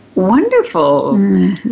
Wonderful